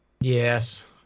Yes